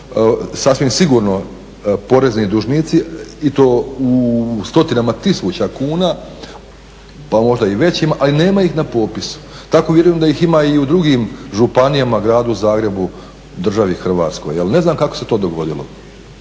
sasvim sigurno porezni dužnici i to u stotinama tisuća kuna pa možda i većim, ali nema ih na popisu. tako vjerujem da ih ima i u drugim županijama, Gradu Zagrebu, državi Hrvatskoj. Ne znam kako se to dogodilo.